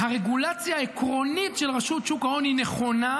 הרגולציה העקרונית של רשות שון ההון נכונה,